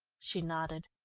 she nodded.